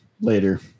later